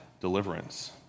deliverance